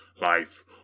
Life